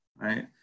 right